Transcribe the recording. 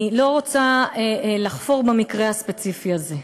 אני לא רוצה לחפור במקרה הספציפי הזה,